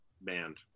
band